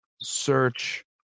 search